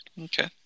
okay